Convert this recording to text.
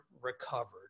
recovered